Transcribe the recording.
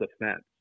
defense